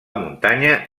muntanya